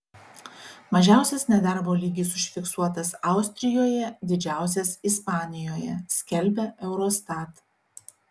mažiausias nedarbo lygis užfiksuotas austrijoje didžiausias ispanijoje skelbia eurostat